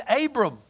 Abram